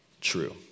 true